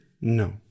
No